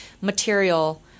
material